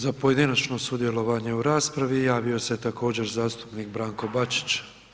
Za pojedinačno sudjelovanje u raspravi javio se također zastupnik Branko Bačić.